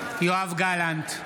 יואב גלנט,